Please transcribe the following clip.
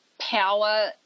power